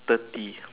thirty